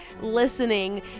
listening